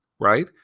right